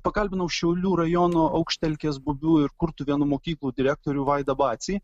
pakalbinau šiaulių rajono aukštelkės bubių ir kurtuvėnų mokyklų direktorių vaidą bacį